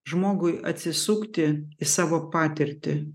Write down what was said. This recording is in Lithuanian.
žmogui atsisukti į savo patirtį